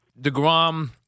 DeGrom